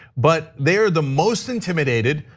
but they're the most intimidated,